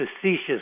facetious